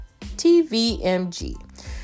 TVMG